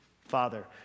Father